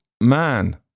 man